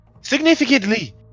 Significantly